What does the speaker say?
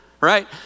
right